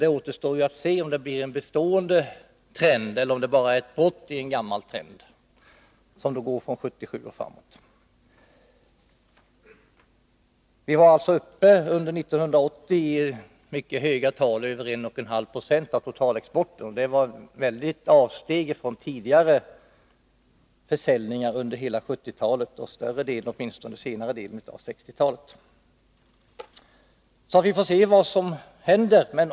Det återstår att se om det blir en bestående trend eller om det bara är ett brott i en gammal trend som går från 1977 och framåt. Vi har alltså under 1980 mycket höga tal, över 1,5 96 av totalexporten. Det var ett väldigt avsteg från tidigare försäljningar under 1970-talet och senare delen av 1960-talet. Vi får se vad som händer.